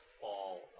fall